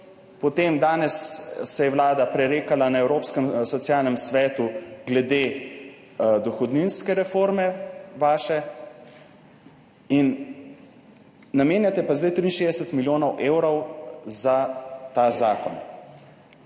evrov. Danes se je vlada prerekala na Ekonomsko-socialnem svetu glede vaše dohodninske reforme, namenjate pa zdaj 63 milijonov evrov za ta zakon.